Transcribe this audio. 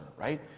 right